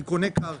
אני קונה קרקע,